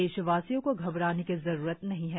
देशवासियों को घबराने की जरूरत नहीं है